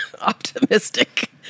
optimistic